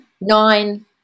nine